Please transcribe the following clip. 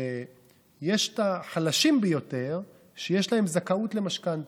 שיש את החלשים ביותר שיש להם זכאות למשכנתה,